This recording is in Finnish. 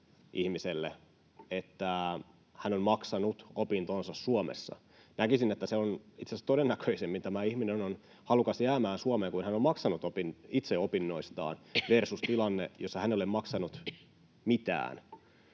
ihmiselle on se, että hän on maksanut opintonsa Suomessa. Näkisin, että itse asiassa todennäköisemmin tämä ihminen on halukas jäämään Suomeen, kun hän on maksanut itse opinnoistaan versus tilanne, jossa hän ei ole maksanut mitään,